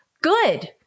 good